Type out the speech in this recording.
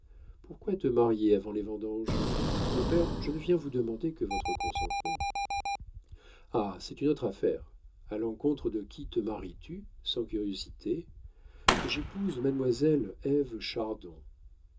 pourquoi te marier avant les vendanges mon père je ne viens vous demander que votre consentement ah c'est une autre affaire a l'encontre de qui te maries tu sans curiosité j'épouse mademoiselle ève chardon